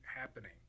happening